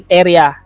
area